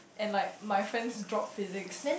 and like my friends drop physics